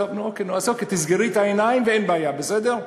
טוב, אז אוקיי, תסגרי את העיניים ואין בעיה, בסדר?